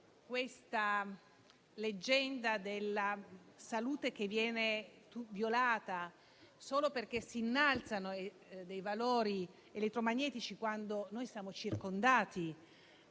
questa leggenda della salute che viene violata solo perché si innalzano dei valori elettromagnetici, quando siamo circondati